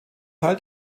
teil